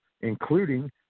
including